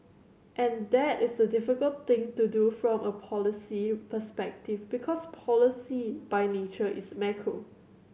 and that is the very difficult thing to do from a policy perspective because policy by nature is macro